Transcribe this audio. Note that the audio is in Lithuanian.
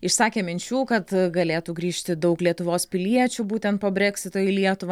išsakė minčių kad galėtų grįžti daug lietuvos piliečių būtent po brexito į lietuvą